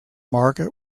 market